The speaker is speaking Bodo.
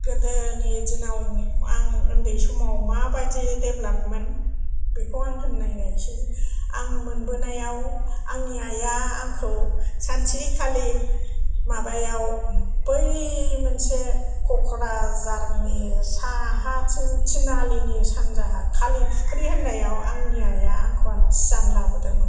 गोदोनि दिनाव आं उन्दै समाव मा बादि डेब्लापमोन बेखौ आं होननाय नायसै आं मोनबोनायाव आंनि आइआ आंखौ सानसेखालि माबायाव बै मोनसे क'क्राझारनि साहाथिं तिनालिनि सानजाहा खालिफुख्रि होननायाव आंखौ आंनि आइआ आलासि जानो लाबोदोंमोन